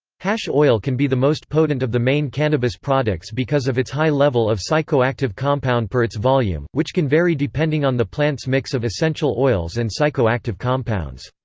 hash oil can be the most potent of the main cannabis products because of its high level of psychoactive compound per its volume, which can vary depending on the plant's mix of essential oils and psychoactive compounds.